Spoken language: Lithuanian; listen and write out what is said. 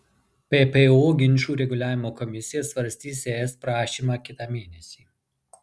ppo ginčų reguliavimo komisija svarstys es prašymą kitą mėnesį